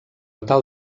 tal